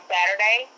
Saturday